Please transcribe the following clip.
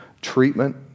Treatment